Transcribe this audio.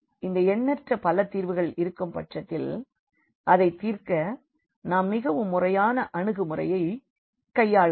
இந்த எண்ணற்ற பல தீர்வுகள் இருக்கும் பட்சத்தில் அதைத் தீர்க்க நாம் மிகவும் முறையான அணுகுமுறையை கையாள வேண்டும்